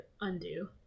undo